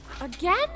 Again